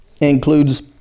includes